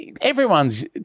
everyone's